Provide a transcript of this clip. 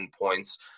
points